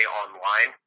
online